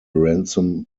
ransom